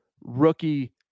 rookie